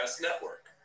Network